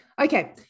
Okay